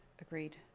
agreed